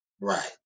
Right